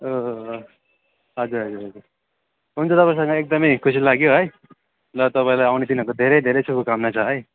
हो हो हो हजुर हजुर हजुर हुन्छ तपाईँसँग एकदमै खुसी लाग्यो है ल तपाईँलाई आउने दिनहरूको धेरै धेरै शुभकामना छ है